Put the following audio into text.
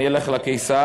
אני אלך לקיסר.